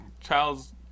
child's